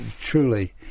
truly